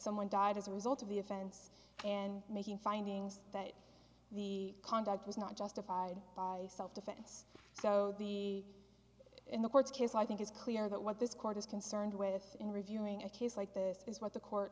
someone died as a result of the offense and making findings that the conduct was not justified by self defense so the in the court's case i think it's clear that what this court is concerned with in reviewing a case like this is what the court